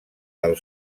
del